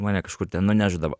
mane kažkur ten nunešdavo